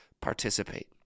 participate